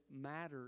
matter